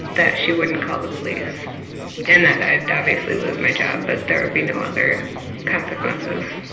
that she wouldn't call the police and that i'd obviously lose my job, but there would be no other consequences.